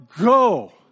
go